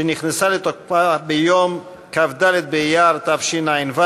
שנכנסה לתוקפה ביום כ"ד באייר תשע"ו,